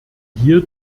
hier